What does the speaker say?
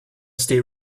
state